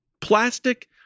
plastic